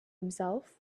himself